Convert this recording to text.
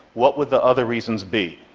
what would the other reasons be?